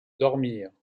dormir